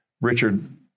Richard